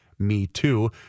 MeToo